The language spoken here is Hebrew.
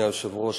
אדוני היושב-ראש,